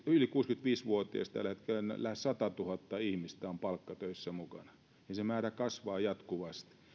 yli kuusikymmentäviisi vuotiaista tällä hetkellä lähes satatuhatta ihmistä on palkkatöissä mukana ja se määrä kasvaa jatkuvasti